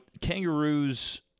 kangaroos